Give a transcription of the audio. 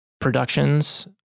productions